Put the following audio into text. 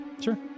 Sure